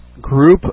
group